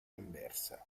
anversa